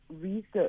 research